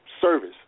service